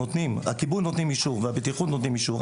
הכיבוי נותנים אישור והבטיחות נותנים אישור,